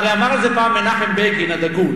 הרי אמר על זה פעם מנחם בגין הדגול,